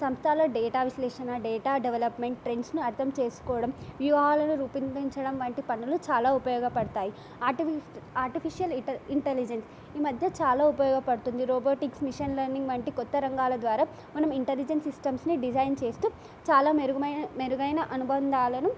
సంస్థల డేటా విశ్లేషణ data development ట్రెండ్స్ను అర్థం చేసుకోవడం వ్యూహాలను రూపందించడం వంటి పనులు చాలా ఉపయోగపడతాయి ఆర్టిఫ ఆర్టిఫిషియల్ ఇ ఇంటెలిజెన్స్ ఈ మధ్య చాలా ఉపయోగపడుతుంది రోబోటిక్స్ మిషన్ లెర్నింగ్ వంటి కొత్త రంగాల ద్వారా మనం ఇంటెలిజెంట్ సిస్టమ్స్ని డిజైన్ చేస్తూ చాలా మెరుగైన మెరుగైన అనుబంధాలను